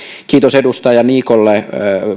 kiitos edustaja niikolle